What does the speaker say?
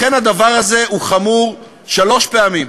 לכן, הדבר הזה הוא חמור שלוש פעמים,